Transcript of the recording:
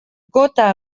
gota